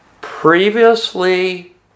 previously